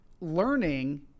learning